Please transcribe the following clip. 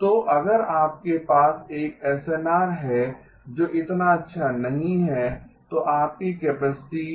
तो अगर आपके पास एक एसएनआर है जो इतना अच्छा नहीं है तो आपकी कैपेसिटी